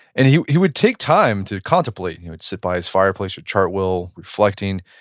and he he would take time to contemplate. he would sit by his fireplace at chartwell reflecting.